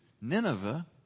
Nineveh